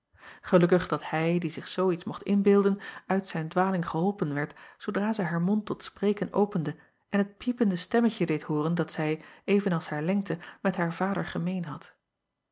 elukkig dat hij die zich zoo iets mocht inbeelden uit zijn dwaling geholpen werd zoodra zij haar mond tot spreken opende en het piepende stemmetje deed hooren dat zij even als haar lengte met haar vader gemeen had